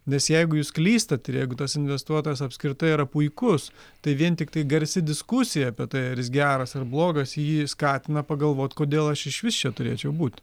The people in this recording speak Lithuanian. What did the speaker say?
nes jeigu jūs klystat ir jeigu tas investuotojas apskritai yra puikus tai vien tiktai garsi diskusija apie tai ar jis geras ar blogas ji skatina pagalvot kodėl aš išvis čia turėčiau būt